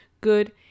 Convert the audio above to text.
good